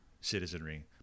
citizenry